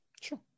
Sure